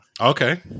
Okay